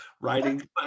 writing